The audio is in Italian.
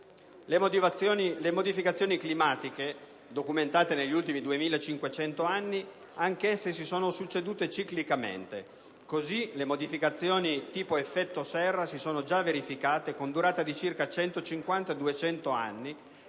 le modificazioni climatiche documentate negli ultimi 2500 anni si sono succedute ciclicamente. Così le modificazioni tipo effetto serra si sono già verificate con durate di circa 150-200 anni,